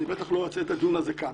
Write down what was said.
אני בטח לא אעשה את הדיון הזה כאן.